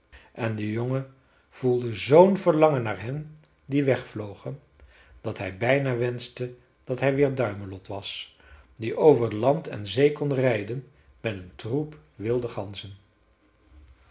en de jongen voelde z'n verlangen naar hen die wegvlogen dat hij bijna wenschte dat hij weer duimelot was die over land en zee kon rijden met een troep wilde ganzen